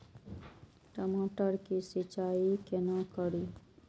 टमाटर की सीचाई केना करी?